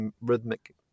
Rhythmic